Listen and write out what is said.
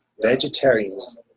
Vegetarians